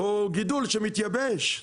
או גידול שמתייבש.